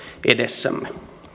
edessämme